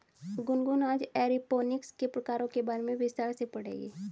गुनगुन आज एरोपोनिक्स के प्रकारों के बारे में विस्तार से पढ़ेगी